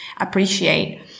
appreciate